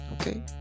Okay